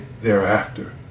thereafter